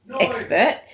expert